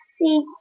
See